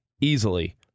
easily